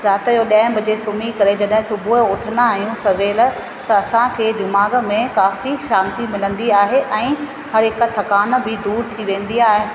राति जो ॾह बजे सुम्ही करे जॾहिं सुबुअ जो उथंदा आयूं सवेल त असांखे दिमाग में काफी शांती मिलंदी आहे ऐं हर हिकु थकान बि दूरि थी वेंदी आहे ऐं